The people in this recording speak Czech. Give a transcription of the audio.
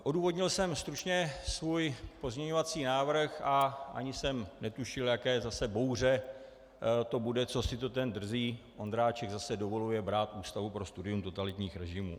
Odůvodnil jsem stručně svůj pozměňovací návrh a ani jsem netušil, jaká zase bouře to bude, co si to ten drzý Ondráček zase dovoluje brát Ústavu pro studium totalitních režimů.